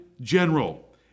general